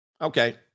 Okay